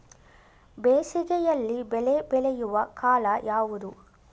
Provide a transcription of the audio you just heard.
ಬೇಸಿಗೆ ಯಲ್ಲಿ ಬೆಳೆ ಬೆಳೆಯುವ ಕಾಲ ಯಾವುದು?